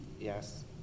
Yes